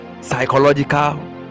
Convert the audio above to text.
Psychological